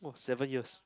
seven years